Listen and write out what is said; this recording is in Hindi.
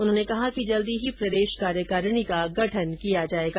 उन्होंने कहा कि जल्द ही प्रदेश कार्यकारिणी का गठन किया जाएगा